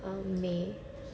um 美